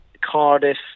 Cardiff